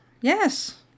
yes